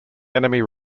enemy